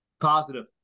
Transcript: Positive